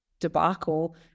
debacle